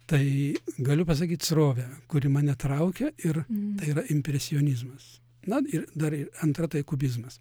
tai galiu pasakyt srovę kuri mane traukia ir tai yra impresionizmas na ir dar ir antra tai kubizmas